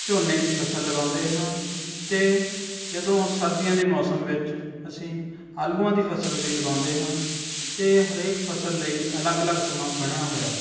ਝੋਨੇ ਦੀ ਫਸਲ ਲਗਾਉਂਦੇ ਹਾਂ ਅਤੇ ਜਦੋਂ ਸਰਦੀਆਂ ਦੇ ਮੌਸਮ ਵਿੱਚ ਅਸੀਂ ਆਲੂਆਂ ਦੀ ਫਸਲ ਵੀ ਲਗਾਉਂਦੇ ਹਾਂ ਅਤੇ ਹਰੇਕ ਫਸਲ ਲਈ ਅਲੱਗ ਅਲੱਗ ਸਮਾਂ ਬਣਿਆ ਹੋਇਆ ਹੈ